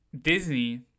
Disney